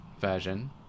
version